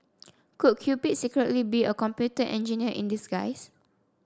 could Cupid secretly be a computer engineer in disguise